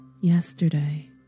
yesterday